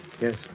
Yes